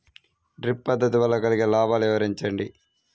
Drip పద్దతి వల్ల కలిగే లాభాలు వివరించండి?